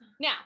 Now